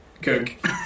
Cook